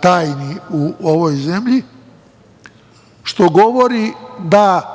tajni u ovoj zemlji, što govori da